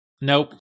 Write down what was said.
Nope